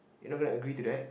you're not gonna agree to that